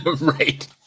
right